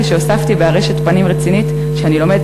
כשהוספתי בארשת פנים רצינית שאני לומדת